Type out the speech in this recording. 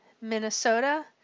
Minnesota